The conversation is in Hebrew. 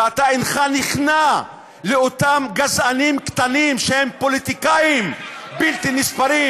ואתה אינך נכנע לאותם גזענים קטנים שהם פוליטיקאים בלתי נספרים,